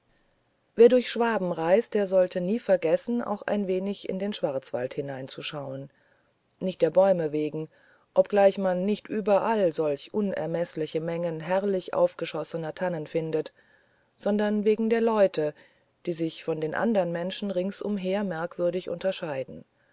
wer durch schwaben reist der sollte nie vergessen auch ein wenig in den schwarzwald hineinzuschauen nicht der bäume wegen obgleich man nicht überall solch unermeßliche menge herrlich aufgeschossener tannen findet sondern wegen der leute die sich von den andern menschen ringsumher merkwürdig unterscheiden